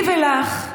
לי ולך,